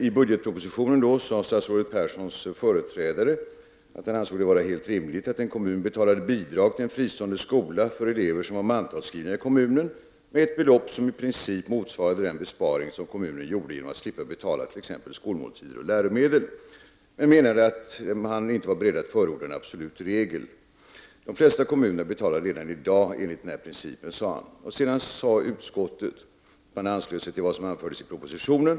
I budgetpropositionen sade statsrådet Göran Perssons företrädare — det framgår av det då aktuella betänkandet — att han ansåg det vara ”rimligt att en kommun betalar bidrag till en fristående skola för elever som är mantalsskrivna i kommunen med ett belopp som i princip motsvarar den besparing kommunen gör genom att slippa betala t.ex. skolmåltider och läromedel”. Statsrådet var dock inte beredd att förorda en absolut regel med denna innebörd. ”De flesta kommuner får betala redan i dag enligt denna princip”, sade statsrådet då. Utskottet anslöt sig till vad som hade anförts i propositionen.